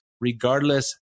regardless